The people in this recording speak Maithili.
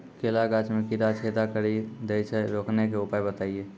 केला गाछ मे कीड़ा छेदा कड़ी दे छ रोकने के उपाय बताइए?